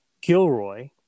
Gilroy